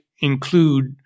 include